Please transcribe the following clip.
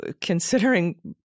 considering